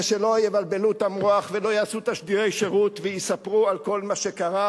ושלא יבלבלו את המוח ולא יעשו תשדירי שירות ויספרו על כל מה שקרה,